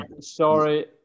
sorry